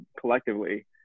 collectively